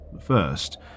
First